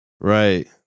Right